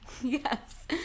yes